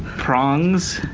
prongs.